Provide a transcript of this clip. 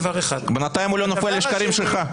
בינתיים הוא לא נופל לשקרים שלך.